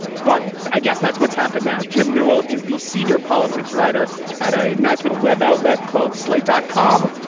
but i guess that's what's happened now. jim newell is the senior politics writer at a nice little web outlet called slate dot com.